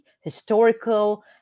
historical